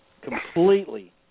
completely